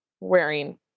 wearing